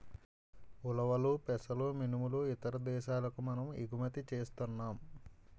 ఉలవలు పెసలు మినుములు ఇతర దేశాలకు మనము ఎగుమతి సేస్తన్నాం